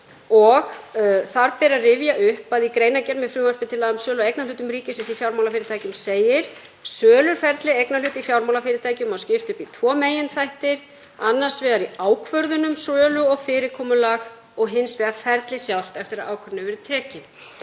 Þar ber að rifja upp að í greinargerð með frumvarpi til laga um sölu á eignarhlutum ríkisins í fjármálafyrirtækjum segir: „Söluferli eignarhluta í fjármálafyrirtækjum má skipta upp í tvo meginþætti, annars vegar í ákvörðun um sölu og fyrirkomulag hennar og hins vegar ferlið sjálft eftir að ákvörðun hefur verið tekin.“